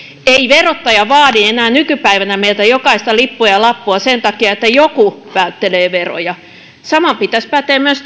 ei verottaja vaadi enää nykypäivänä meiltä jokaista lippua ja lappua sen takia että joku välttelee veroja saman pitäisi päteä myös